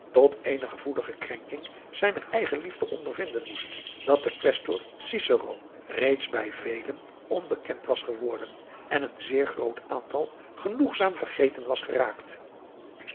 tot eene gevoelige krenking zijner eigenliefde ondervinden moest dat de quaestor cicero reeds bij bij velen onbekend was geworden en een zeer groot aantal genoegzaam vergeten was geraakt